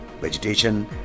vegetation